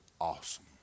awesome